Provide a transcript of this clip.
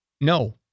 No